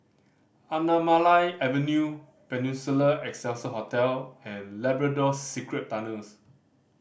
Anamalai Avenue Peninsula Excelsior Hotel and Labrador Secret Tunnels